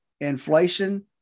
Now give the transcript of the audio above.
inflation